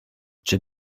czy